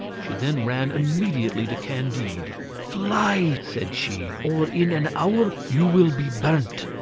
she then ran immediately to candide fly, said she, or in an hour you will be burnt.